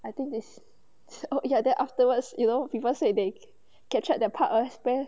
I think this oh ya then afterwards you know people say they captured that part of spare